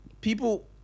People